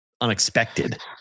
unexpected